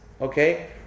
Okay